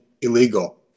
illegal